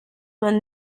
man